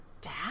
dad